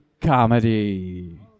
Comedy